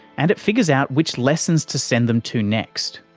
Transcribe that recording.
and it figures out which lessons to send them to next.